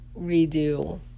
redo